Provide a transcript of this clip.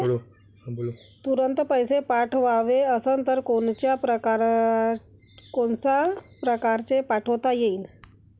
तुरंत पैसे पाठवाचे असन तर कोनच्या परकारे पाठोता येईन?